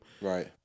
Right